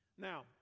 Now